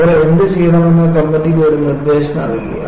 അവർ എന്തുചെയ്യണമെന്ന് കമ്മിറ്റിക്ക് ഒരു നിർദേശം നൽകി